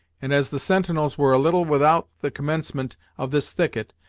and, as the sentinels were a little without the commencement of this thicket,